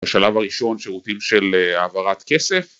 בשלב הראשון שירותים של העברת כסף